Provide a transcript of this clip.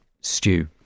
stew